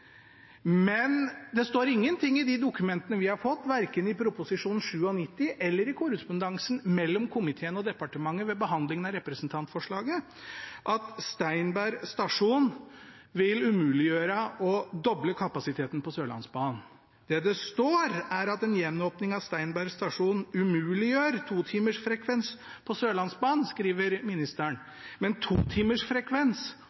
Men det står ingenting i de dokumentene vi har fått, verken i Prop. 97 S for 2013–2014 eller i korrespondansen mellom komiteen og departementet ved behandlingen av representantforslaget, at Steinberg stasjon vil umuliggjøre å doble kapasiteten på Sørlandsbanen. Det det står, er at en gjenåpning av Steinberg stasjon umuliggjør totimersfrekvens på Sørlandsbanen. Det skriver